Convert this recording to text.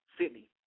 Sydney